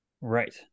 Right